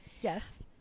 yes